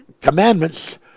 commandments